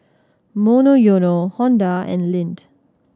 Monoyono Honda and Lindt